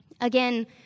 again